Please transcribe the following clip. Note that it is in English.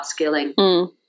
upskilling